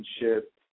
relationship